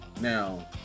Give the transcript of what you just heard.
Now